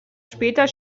später